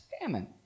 Famine